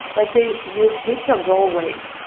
let's say you hit your goal weight,